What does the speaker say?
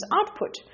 output